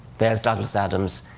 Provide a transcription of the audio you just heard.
there's douglas adams,